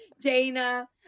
Dana